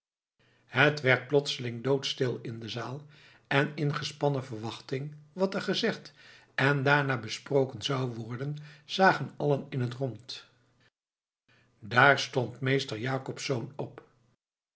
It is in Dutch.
het werd plotseling doodstil in de zaal en in gespannen verwachting wat er gezegd en daarna besproken zou worden zagen allen in het rond daar stond meester jacobsz op